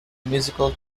musical